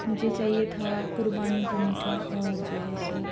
مجھے چاہیے تھا قربانی کا میٹھا اور جو ہے سو